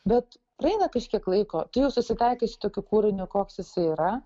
bet praeina kažkiek laiko tu jau susitaikai su tokiu kūriniu koks jisai yra